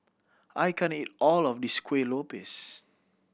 I can't eat all of this Kuih Lopes